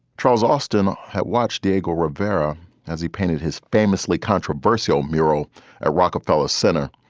charles austin had watched diego rivera as he painted his famously controversial mural at rockefeller center,